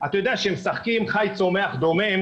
אתה יודע כשמשחקים חי צומח דומים